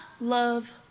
love